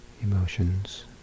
emotions